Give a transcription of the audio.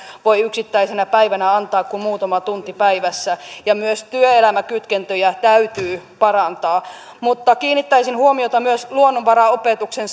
voi yksittäisenä päivänä antaa kuin muutaman tunnin päivässä ja myös työelämäkytkentöjä täytyy parantaa mutta kiinnittäisin huomiota myös luonnonvaraopetuksen